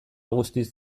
guztiz